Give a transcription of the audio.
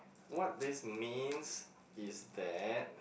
what this means is that